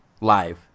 live